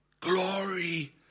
Glory